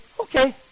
okay